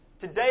Today